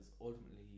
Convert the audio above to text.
ultimately